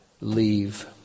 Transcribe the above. leave